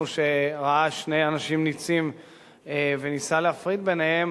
שראה שני אנשים נצים וניסה להפריד ביניהם,